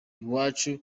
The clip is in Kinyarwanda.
iwacu